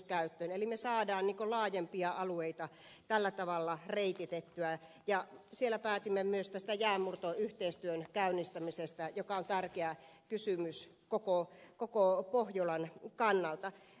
eli me saamme laajempia alueita tällä tavalla reititettyä ja hämeenlinnassa päätimme myös tästä jäänmurtoyhteistyön käynnistämisestä joka on tärkeä kysymys koko pohjolan kannalta